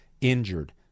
injured